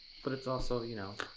but it's also, you know,